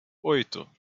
oito